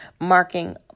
marking